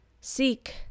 Seek